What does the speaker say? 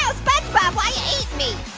so spongebob ah yeah ate me.